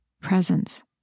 Presence